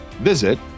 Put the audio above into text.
visit